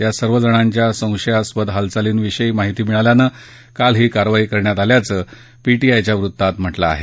या सर्वजणांच्या संशयास्पद हालचालींविषयी माहिती मिळाल्यानं काल ही कारवाई करण्यात आल्याचं पीटीआयच्या वृत्तात म्हटलं आहे